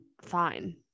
fine